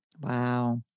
Wow